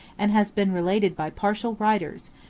and has been related by partial writers,